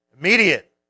immediate